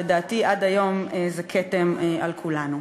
שלדעתי עד היום זה כתם על כולנו.